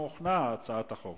לוועדה שהכינה